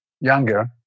younger